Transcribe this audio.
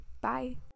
Bye